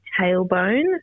tailbone